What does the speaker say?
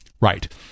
Right